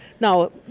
Now